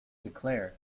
declared